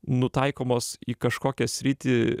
nutaikomos į kažkokią sritį